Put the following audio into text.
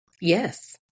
Yes